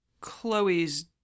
Chloe's